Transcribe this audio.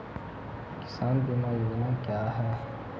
किसान बीमा योजना क्या हैं?